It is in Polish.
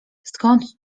skąd